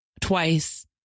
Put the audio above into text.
twice